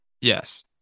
Yes